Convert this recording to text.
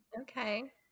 Okay